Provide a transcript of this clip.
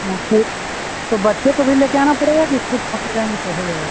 और फिर तो बच्चे को भी लेके आना पड़ेगा कि खुद अकेले आएँगे तो हो जाएगा